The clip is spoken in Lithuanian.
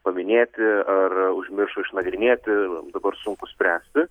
paminėti ar užmiršo išnagrinėti dabar sunku spręsti